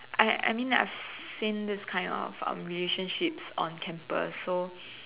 I I mean that I've seen this kind of um relationships on campus so